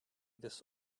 this